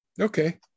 Okay